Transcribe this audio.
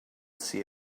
see